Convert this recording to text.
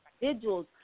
individuals